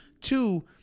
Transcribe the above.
two